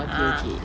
ah